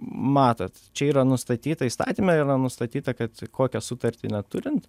matot čia yra nustatyta įstatyme yra nustatyta kad kokią sutartį neturint